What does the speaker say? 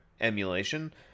emulation